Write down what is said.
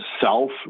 self